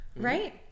Right